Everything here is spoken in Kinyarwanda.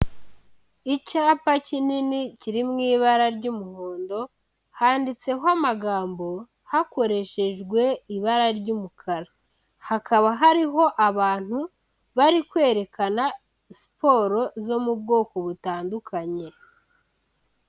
Icyapa kinini kiri mu ibara ry'umuhondo, handitseho amagambo hakoreshejwe ibara ry'umukara, hakaba hariho abantu bari kwerekana siporo zo mu bwoko butandukanye.